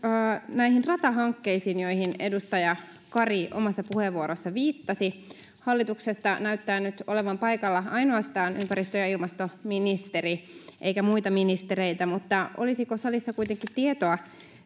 näihin ratahankkeisiin joihin edustaja kari omassa puheenvuorossaan viittasi hallituksesta näyttää nyt olevan paikalla ainoastaan ympäristö ja ilmastoministeri eikä muita ministereitä mutta olisiko salissa kuitenkin tietoa